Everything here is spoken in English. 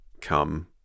come